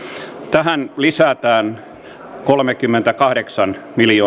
tähän lisätään kolmekymmentäkahdeksan